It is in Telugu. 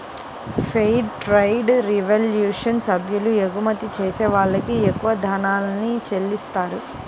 ఫెయిర్ ట్రేడ్ రెవల్యూషన్ సభ్యులు ఎగుమతి చేసే వాళ్ళకి ఎక్కువ ధరల్ని చెల్లిత్తారు